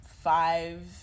five